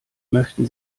möchten